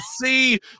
see